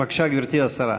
בבקשה, גברתי השרה.